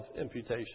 imputation